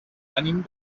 venim